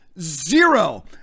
Zero